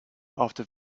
after